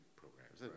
programs